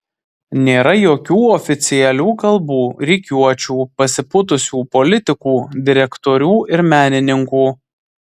nėra jokių oficialių kalbų rikiuočių pasipūtusių politikų direktorių ir menininkų